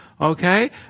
Okay